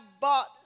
bought